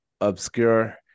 obscure